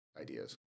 ideas